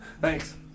Thanks